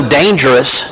dangerous